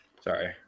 Sorry